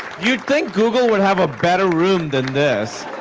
you'd think google would have a better room than this.